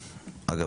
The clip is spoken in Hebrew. אגב,